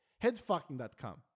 headfucking.com